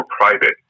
private